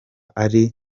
ari